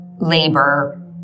labor